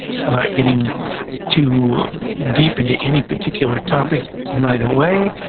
not getting too deep into any particular topic right away,